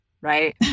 Right